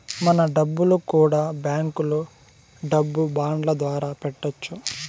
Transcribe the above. మన డబ్బులు కూడా బ్యాంకులో డబ్బు బాండ్ల ద్వారా పెట్టొచ్చు